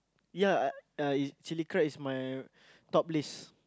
ya I chilli crab is my top list